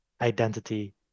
identity